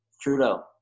Trudeau